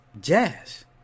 jazz